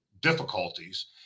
difficulties